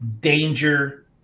danger